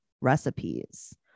recipes